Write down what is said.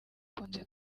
bakunze